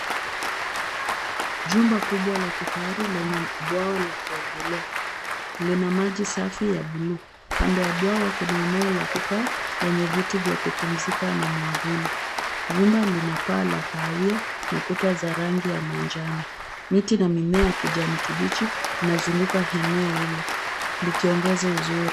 Jumba kubwa la kifahari lenye bwawa la kuogelea. Lina maji safi ya buluu. Kando ya bwawa kuna eneo la kukaa lenye viti vya kupumzuka na mwavuli. Jumba lina paa la kahawia na kuta za rangi ya manjano. Miti na mimea ya kijani kibichi inazunguka eneo hilo likiongeza uzuri.